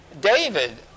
David